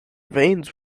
veins